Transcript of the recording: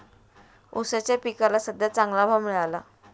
ऊसाच्या पिकाला सद्ध्या चांगला भाव मिळाला